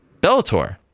Bellator